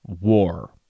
war